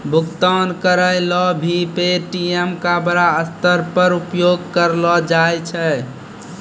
भुगतान करय ल भी पे.टी.एम का बड़ा स्तर पर उपयोग करलो जाय छै